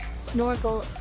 Snorkel